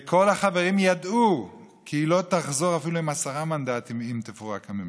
כל החברים ידעו כי היא לא תחזור אפילו עם עשרה מנדטים אם תפורק הממשלה,